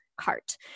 cart